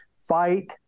fight